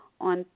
on